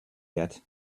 yet